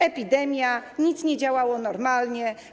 Epidemia, nic nie działało normalnie.